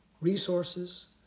resources